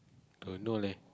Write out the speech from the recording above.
don't know leh